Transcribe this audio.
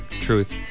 Truth